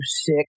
six